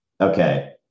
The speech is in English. okay